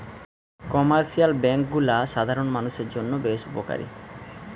commercial bank গুলা সাধারণ মানুষের জন্য বেশ উপকারী